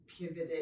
pivoted